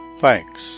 Thanks